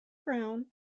brown